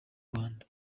rwanda